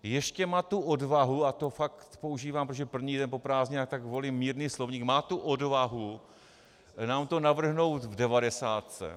Ještě má tu odvahu a to fakt používám, protože je první den po prázdninách, tak volím mírný slovník má tu odvahu nám to navrhnout v devadesátce.